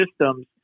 systems